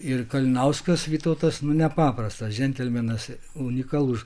ir kalinauskas vytautas nu nepaprastas džentelmenas unikalus